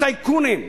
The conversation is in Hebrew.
טייקונים,